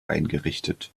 eingerichtet